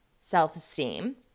self-esteem